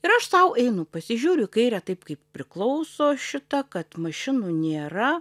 ir aš sau einu pasižiūriu į kairę taip kaip priklauso šita kad mašinų nėra